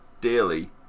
Daily